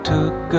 Took